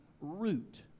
root